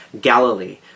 Galilee